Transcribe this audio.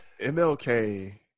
MLK